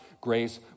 grace